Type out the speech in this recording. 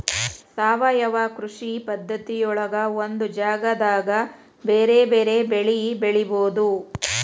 ಸಾವಯವ ಕೃಷಿ ಪದ್ಧತಿಯೊಳಗ ಒಂದ ಜಗದಾಗ ಬೇರೆ ಬೇರೆ ಬೆಳಿ ಬೆಳಿಬೊದು